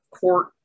court